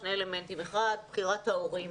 שני אלמנטים כאשר האחד הוא בחירת ההורים